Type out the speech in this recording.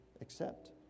accept